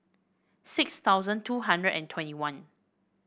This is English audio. six thousand two hundred and twenty one